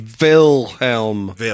Wilhelm